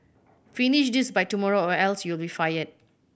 finish this by tomorrow or else you'll be fired